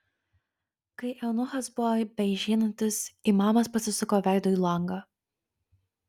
kai eunuchas buvo beišeinantis imamas pasisuko veidu į langą